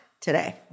today